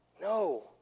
No